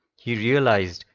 he realized,